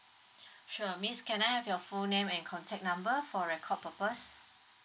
sure miss can I have your full name and contact number for record purpose